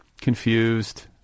confused